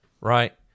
Right